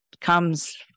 comes